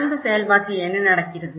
அந்தச் செயல்பாட்டில் என்ன நடக்கிறது